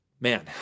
man